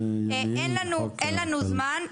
אין לנו זמן,